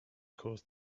caused